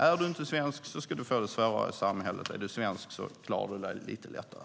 Är man inte svensk ska man få det svårare i samhället. Är man svensk klarar man sig lite lättare.